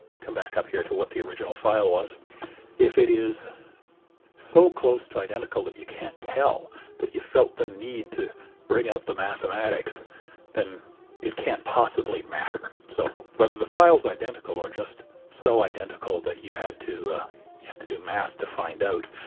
come back up here to what the original file was if it is so close to identical that you can't tell that you felt the need to bring out the mathematics then it can't possibly matter. so whether the files are identical or just so identical that you had to had to do math to find out,